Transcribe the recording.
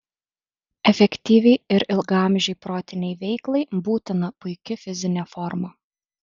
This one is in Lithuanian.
efektyviai ir ilgaamžei protinei veiklai būtina puiki fizinė forma